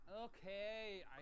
Okay